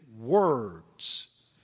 words